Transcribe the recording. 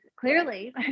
clearly